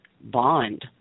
bond